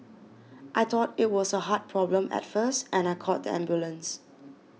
I thought it was a heart problem at first and I called the ambulance